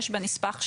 אבל יש את הנספח שלו.